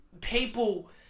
people